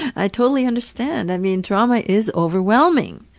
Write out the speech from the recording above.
i totally understand. i mean, trauma is overwhelming.